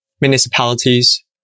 municipalities